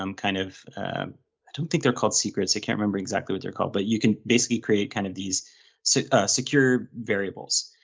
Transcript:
um kind of i don't think they're called secrets, i can't remember exactly what they're called, but you can basically create kind of these so secure variables.